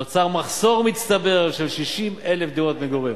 נוצר מחסור מצטבר של 60,000 דירות מגורים.